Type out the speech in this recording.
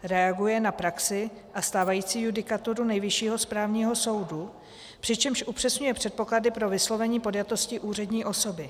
Reaguje na praxi a stávající judikaturu Nejvyššího správního soudu, přičemž upřesňuje předpoklady pro vyslovení podjatosti úřední osoby.